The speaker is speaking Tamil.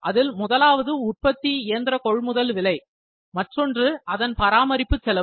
அதில் முதலாவது உற்பத்தி இயந்திர கொள்முதல் விலை மற்றொன்று அதன் பராமரிப்பு செலவு